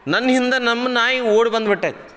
ನನ್ನ ಹಿಂದೆ ನಮ್ಮ ನಾಯಿ ಓಡಿ ಬಂದ್ಬಿಟ್ಟಾಯ್ತು